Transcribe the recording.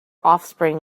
offspring